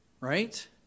right